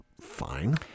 fine